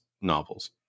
novels